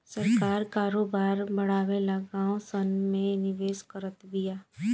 सरकार करोबार बड़ावे ला गाँव सन मे निवेश करत बिया